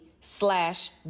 slash